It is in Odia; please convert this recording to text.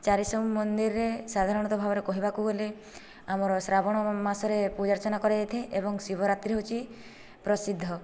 ଚାରିଶମ୍ଭୁ ମନ୍ଦିରରେ ସାଧାରଣତଃ ଭାବରେ କହିବାକୁ ଗଲେ ଆମର ଶ୍ରାବଣ ମାସରେ ପୂଜା ଅର୍ଚ୍ଚନା କରାଯାଇଥାଏ ଏବଂ ଶିବରାତ୍ରି ହେଉଛି ପ୍ରସିଦ୍ଧ